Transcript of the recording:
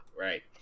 right